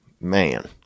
Man